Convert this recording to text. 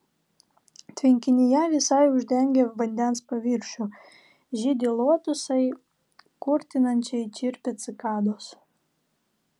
tvenkinyje visai uždengę vandens paviršių žydi lotosai kurtinančiai čirpia cikados